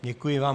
Děkuji vám.